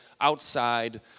outside